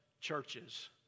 churches